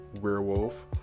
Werewolf